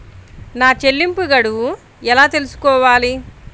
నా చెల్లింపు గడువు ఎలా తెలుసుకోవాలి?